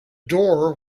door